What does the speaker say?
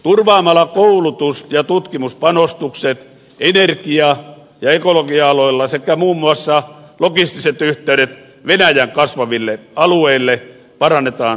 turvaamalla koulutus ja tutkimuspanostukset energia ja ekologia aloilla sekä muun muassa logistiset yhteydet venäjän kasvaville alueille parannetaan suomen kilpailukykyä